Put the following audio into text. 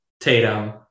Tatum